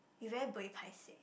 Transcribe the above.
you very buey paiseh